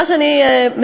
מה שאני מציעה,